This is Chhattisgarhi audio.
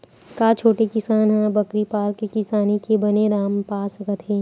का छोटे किसान ह बकरी पाल के किसानी के बने दाम पा सकत हवय?